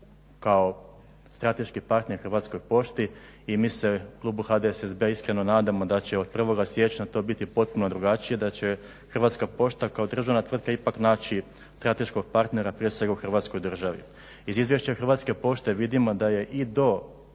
kao strateški partner Hrvatskoj pošti i mi se u klubu HDSSB-a iskreno nadamo da će to od 1.siječnja biti potpuno drugačije da će Hrvatska pošta kao država tvrtka ipak naći strateškog partnera prije svega u Hrvatskoj državi. Iz izvješća Hrvatske pošte vidimo da je i do